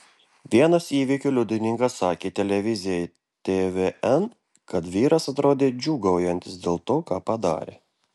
vienas įvykio liudininkas sakė televizijai tvn kad vyras atrodė džiūgaujantis dėl to ką padarė